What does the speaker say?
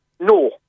No